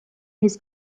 his